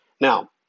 Now